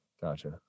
Gotcha